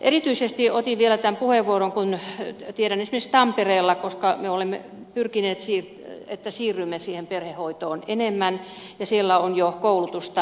erityisesti otin vielä tämän puheenvuoron koska esimerkiksi tampereella me olemme pyrkineet siihen että siirrymme perhehoitoon enemmän ja siellä on jo koulutusta aloitettu